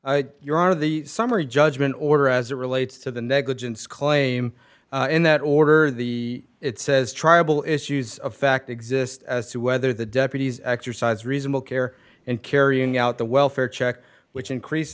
four your honor the summary judgment order as it relates to the negligence claim in that order the it says tribal issues of fact exist as to whether the deputies exercise reasonable care and carrying out the welfare check which increase